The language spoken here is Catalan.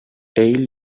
ell